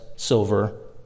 Silver